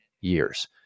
years